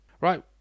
right